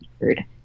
weird